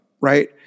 right